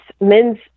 men's